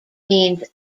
means